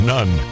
None